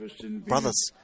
brothers